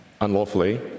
unlawfully